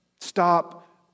stop